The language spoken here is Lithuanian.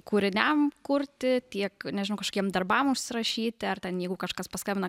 kūriniam kurti tiek nežinau kažkokiem darbam užsirašyti ar ten jeigu kažkas paskambina